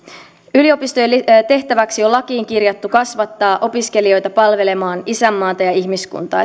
yliopistojen tehtäväksi on lakiin kirjattu kasvattaa opiskelijoita palvelemaan isänmaata ja ihmiskuntaa